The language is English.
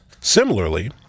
Similarly